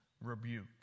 rebuke